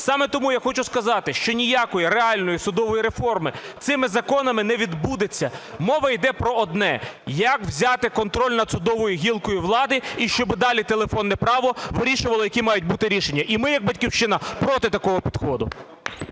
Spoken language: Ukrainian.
Саме тому я хочу сказати, що ніякої реальної судової реформи цими законами не відбудеться. Мова йде про одне: як взяти контроль над судовою гілкою влади і щоб далі телефонне право вирішувало які мають бути рішення. І ми як "Батьківщина" проти такого підходу.